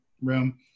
Room